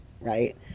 right